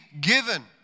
given